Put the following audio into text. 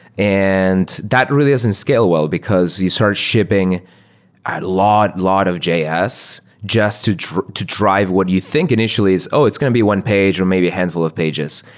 and that really doesn't scale well because you start shipping ah a lot of js just to drive to drive what you think initially is, oh! it's going to be one page, or maybe a handful of pages.